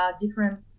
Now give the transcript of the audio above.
different